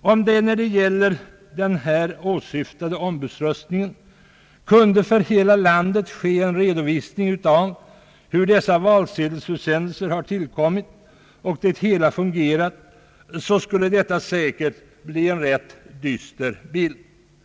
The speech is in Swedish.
Om det när det gäller den här åsyf tade ombudsröstningen kunde för hela landet ske en redovisning av hur dessa valsedelsförsändelser har = tillkommit och det hela har fungerat, skulle det säkert bli en rätt dyster bild.